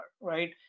right